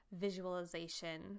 visualization